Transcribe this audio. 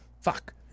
Fuck